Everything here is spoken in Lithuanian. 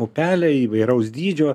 upelę įvairaus dydžio